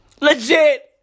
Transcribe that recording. Legit